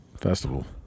festival